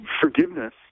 forgiveness